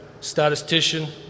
statistician